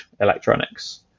electronics